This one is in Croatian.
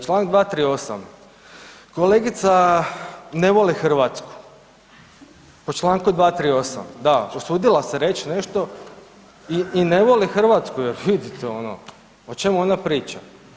Čl. 238., kolegica ne voli Hrvatsku po čl. 238., da usudila se reći nešto i ne voli Hrvatsku jel vidite ono o čemu ona priča.